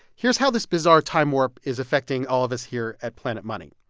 here's how this bizarre time warp is affecting all of us here at planet money.